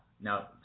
Now